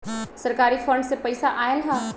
सरकारी फंड से पईसा आयल ह?